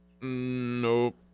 Nope